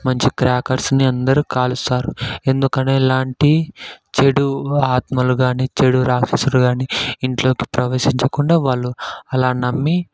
మంచిగా క్రాకర్స్ని అందరూ కాలుస్తారు ఎందుకంటే ఎలాంటి చెడు ఆత్మలు కాని చెడు రాక్షసుడు కాని ఇంట్లోకి ప్రవేశించకుండా వాళ్ళు అలా నమ్మి